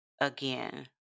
again